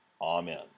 Amen